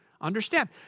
understand